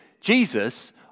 Jesus